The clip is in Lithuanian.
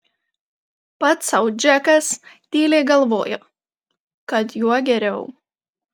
pats sau džekas tyliai galvojo kad juo geriau